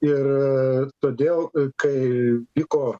ir todėl kai vyko